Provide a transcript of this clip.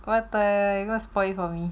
what the hack you gonna spoil it for me